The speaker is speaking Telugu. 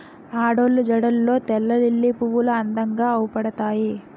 ఆడోళ్ళు జడల్లో తెల్లలిల్లి పువ్వులు అందంగా అవుపడతాయి